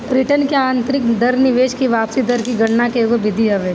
return की आतंरिक दर निवेश की वापसी दर की गणना के एगो विधि हवे